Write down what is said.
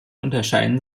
unterscheiden